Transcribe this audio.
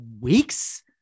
weeks